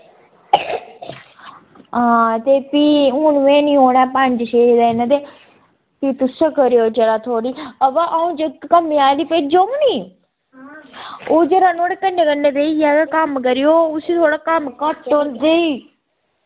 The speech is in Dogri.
हां ते फ्ही हून में नी औना ऐ पंज छे दिन ते फ्ही तुस गै करेओ यरा थोह्ड़ी अवा अ'ऊं जेह्का कम्मै आह्ली भेजङ नी ओह् यरा नुहाड़े कन्नै कन्नै बेहियै ते कम्म करेओ उसी थोह्ड़ा कम्म घट्ट औंदे ई